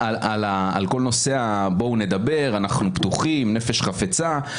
כל נושא ה-בואו נדבר, אנחנו פתוחים, נפש חפצה,